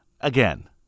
Again